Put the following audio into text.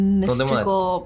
mystical